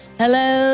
hello